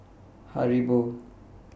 Haribo